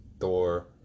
Thor